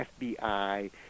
FBI